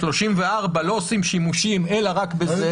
34 לא עושים שימושים אלא רק בזה